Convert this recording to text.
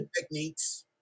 techniques